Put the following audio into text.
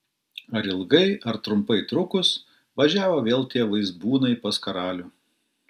ar ilgai ar trumpai trukus važiavo vėl tie vaizbūnai pas karalių